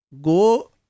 go